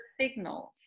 signals